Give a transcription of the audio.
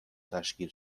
تشکیل